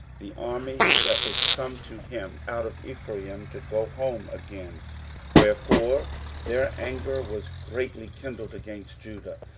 the army that was come to him out of ephraim, to go home again wherefore their anger was greatly kindled against judah,